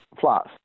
Flats